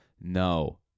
No